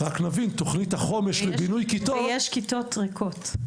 רק נבין תוכנית החומש לבינוי כיתות -- ויש כיתות ריקות,